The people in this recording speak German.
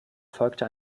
folgte